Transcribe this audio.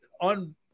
on –